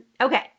okay